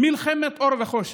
"מלחמת אור וחושך".